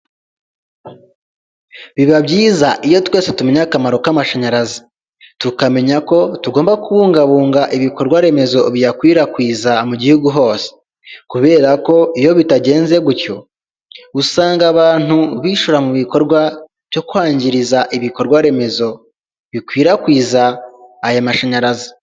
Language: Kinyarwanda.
Biba byiza iyo twese tumenye akamaro k'amashanyarazi, tukamenya ko tugomba kubungabunga ibikorwaremezo biyakwirakwiza mu gihugu hose, kubera ko iyo bitagenze gutyo, usanga abantu bishora mu bikorwa byo kwangiza ibikorwa remezo bikwirakwiza aya mashanyarazi.